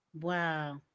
Wow